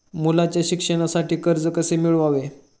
मुलाच्या शिक्षणासाठी कर्ज कसे मिळवावे?